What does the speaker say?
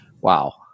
Wow